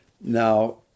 now